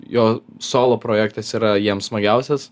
jo solo projektas yra jiems smagiausias